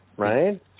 right